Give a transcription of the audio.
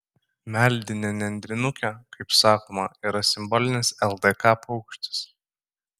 meldinė nendrinukė kaip sakoma yra simbolinis ldk paukštis